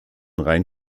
rein